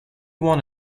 won